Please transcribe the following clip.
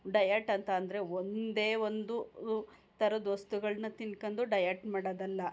diet ಅಂತ ಅಂದರೆ ಒಂದೇ ಒಂದು ಥರದ ವಸ್ತುಗಳನ್ನ ತಿಂದ್ಕೊಂಡು ಡಯಟ್ ಮಾಡೋದಲ್ಲ